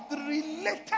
related